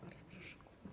Bardzo proszę.